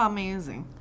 Amazing